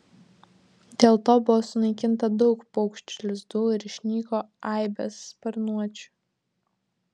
dėl to buvo sunaikinta daug paukščių lizdų ir išnyko aibės sparnuočių